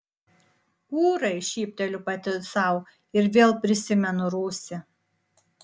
ūrai šypteliu pati sau ir vėl prisimenu rūsį